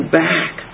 back